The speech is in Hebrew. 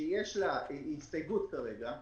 שיש לה הסתייגות כרגע,